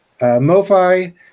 MoFi